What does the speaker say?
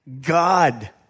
God